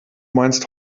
meinst